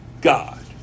God